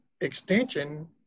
extension